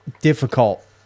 difficult